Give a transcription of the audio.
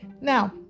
Now